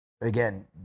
again